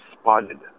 spotted